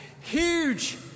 huge